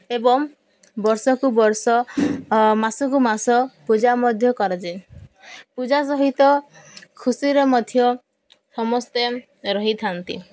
ଏବଂ ବର୍ଷକୁ ବର୍ଷ ମାସକୁ ମାସ ପୂଜା ମଧ୍ୟ କରାଯାଏ ପୂଜା ସହିତ ଖୁସିରେ ମଧ୍ୟ ସମସ୍ତେ ରହିଥାନ୍ତି